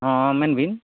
ᱦᱚᱸ ᱢᱮᱱ ᱵᱤᱱ